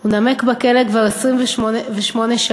נמק בכלא כבר 28 שנים,